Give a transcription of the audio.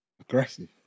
Aggressive